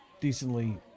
decently